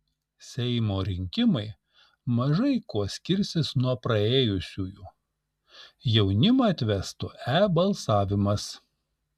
seimo rinkimai mažai kuo skirsis nuo praėjusiųjų jaunimą atvestų e balsavimas